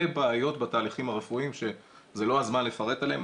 בעיות בתהליכים הרפואיים שזה לא הזמן לפרט עליהן.